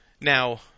Now